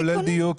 כולל דיור,